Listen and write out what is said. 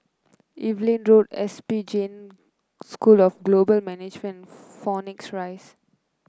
Evelyn Road S P Jain School of Global Management and Phoenix Rise